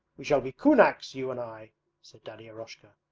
we shall be kunaks, you and i said daddy eroshka.